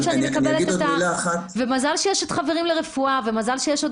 מזל שיש את חברים לרפואה ומזל שיש עוד